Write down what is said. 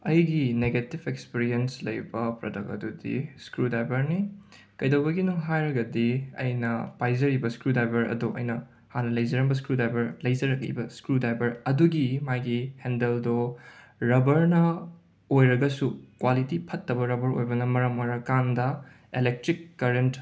ꯑꯩꯒꯤ negative experience ꯂꯩꯕ product ꯑꯗꯨꯗꯤ ꯁ꯭ꯀ꯭ꯔꯨꯗꯥꯏꯕꯔꯅꯤ ꯀꯩꯗꯧꯕꯒꯤꯅꯣ ꯍꯥꯏꯔꯒꯗꯤ ꯑꯩꯅ ꯄꯥꯏꯖꯔꯤꯕ ꯁ꯭ꯀ꯭ꯔꯨꯗꯥꯏꯕꯔ ꯑꯗꯣ ꯑꯩꯅ ꯍꯥꯟꯅ ꯂꯩꯖꯔꯝꯕ ꯁ꯭ꯀ꯭ꯔꯨꯗꯥꯏꯕꯔ ꯂꯩꯖꯔꯛꯏꯕ ꯁ꯭ꯀ꯭ꯔꯨꯗꯥꯏꯕꯔ ꯑꯗꯨꯒꯤ ꯃꯥꯒꯤ ꯍꯦꯟꯗꯜꯗꯣ ꯔꯕꯔꯅ ꯑꯣꯏꯔꯒꯁꯨ ꯀ꯭ꯋꯥꯂꯤꯇꯤ ꯐꯠꯇꯕ ꯔꯕꯔ ꯑꯣꯏꯕꯅ ꯃꯔꯝ ꯑꯣꯏꯔꯀꯥꯟꯗ ꯑꯦꯂꯦꯛꯇ꯭ꯔꯤꯛ ꯀꯔꯦꯟꯠ